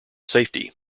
safety